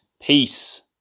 Peace